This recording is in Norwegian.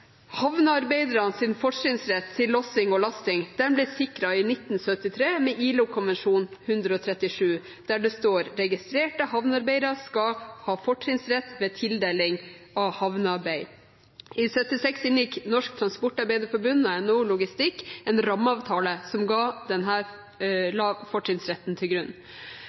lasting ble sikret i 1973 med ILO-konvensjon nr. 137, der det står: «Registrerte havnearbeidere skal ha fortrinnsrett ved tildeling av havnearbeid.» I 1976 inngikk Norsk Transportarbeiderforbund og NHO Logistikk og Transport en rammeavtale som la denne fortrinnsretten til grunn.